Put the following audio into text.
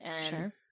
Sure